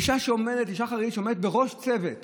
אישה חרדית שעומדת בראש צוות